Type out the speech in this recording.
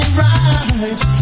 right